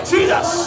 Jesus